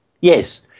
Yes